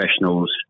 professionals